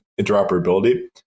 interoperability